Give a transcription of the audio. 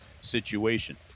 situation